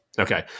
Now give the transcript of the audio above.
Okay